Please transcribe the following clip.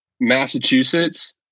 massachusetts